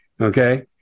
Okay